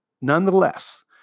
nonetheless